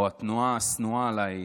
או התנועה השנואה עליי,